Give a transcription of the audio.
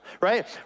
right